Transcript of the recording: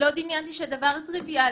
לא דמיינתי שדבר טריוויאלי,